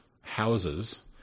houses